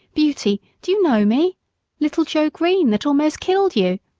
beauty! do you know me little joe green, that almost killed you?